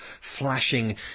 flashing